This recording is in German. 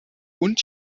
und